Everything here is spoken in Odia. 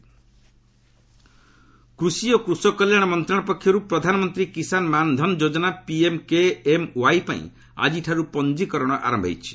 ପିଏମ୍ କେଏମ୍ୱାଇ କୃଷି ଓ କୃଷକ କଲ୍ୟାଣ ମନ୍ତ୍ରଣାଳୟ ପକ୍ଷରୁ ପ୍ରଧାନମନ୍ତ୍ରୀ କିଷାନ୍ ମାନ୍ ଧନ୍ ଯୋକ୍ତନା ପିଏମ୍ କେଏମ୍ୱାଇ ପାଇଁ ଆଜିଠାରୁ ପଞ୍ଜୀକରଣ ଆରମ୍ଭ ହୋଇଛି